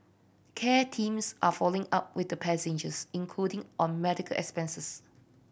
care teams are following up with the passengers including on medical expenses